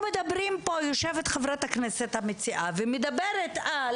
יושבת פה חברת הכנסת המציעה ומדברת על